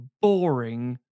boring